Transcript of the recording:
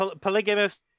polygamous